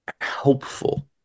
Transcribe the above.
helpful